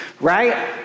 right